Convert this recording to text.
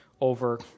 over